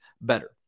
better